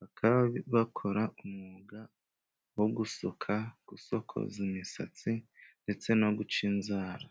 bakaba bakora umwuga, wo gusuka, gusokoza imisatsi ndetse no guca inzara.